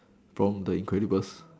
from the incredibles